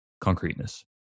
concreteness